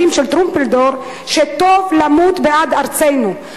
של טרומפלדור ש"טוב למות בעד ארצנו".